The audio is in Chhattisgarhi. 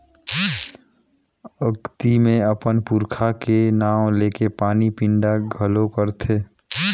अक्ती मे अपन पूरखा के नांव लेके पानी पिंडा घलो करथे